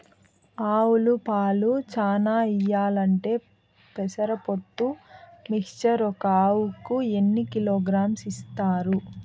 ఆవులు పాలు చానా ఇయ్యాలంటే పెసర పొట్టు మిక్చర్ ఒక ఆవుకు ఎన్ని కిలోగ్రామ్స్ ఇస్తారు?